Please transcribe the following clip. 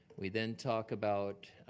we then talk about